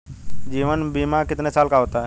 जीवन बीमा कितने साल का होता है?